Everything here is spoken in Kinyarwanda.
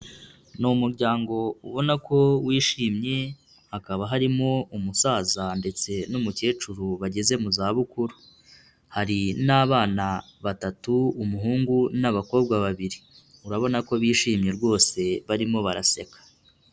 Ni umuryango ubona ko wishimye, hakaba harimo umusaza ndetse n'umukecuru bageze mu zabukuru. Hari n'abana batatu, umuhungu n'abakobwa babiri urabona ko bishimye rwose barimo baraseka.